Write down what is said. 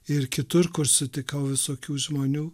ir kitur kur sutikau visokių žmonių